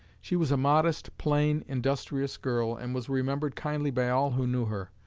she was a modest, plain, industrious girl, and was remembered kindly by all who knew her.